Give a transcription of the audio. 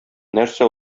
нәрсә